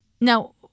Now